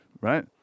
right